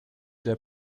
der